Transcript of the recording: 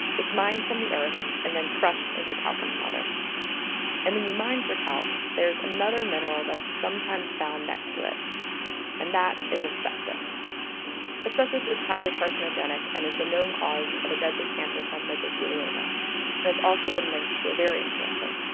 it's mined from the earth and then crushed into talcum powder and when you mine for talc, there is another mineral that is sometimes found next to it and that is asbestos asbestos is highly carcinogenic and the known cause of a deadly cancer called mesothelioma and has also been linked to ovarian cancer